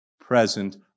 Present